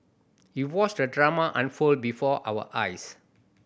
we watched the drama unfold before our eyes